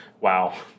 Wow